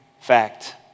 fact